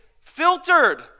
filtered